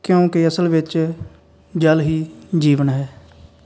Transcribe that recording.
ਕਿਉਂਕਿ ਅਸਲ ਵਿੱਚ ਜਲ ਹੀ ਜੀਵਨ ਹੈ